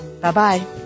Bye-bye